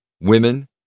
women